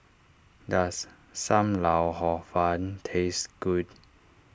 does Sam Lau Hor Fun taste good